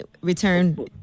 return